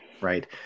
Right